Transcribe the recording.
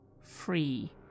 free